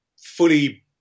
fully